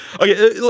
Okay